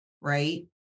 right